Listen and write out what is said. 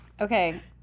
Okay